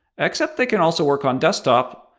except they can also work on desktop,